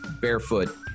Barefoot